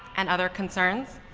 and other concerns,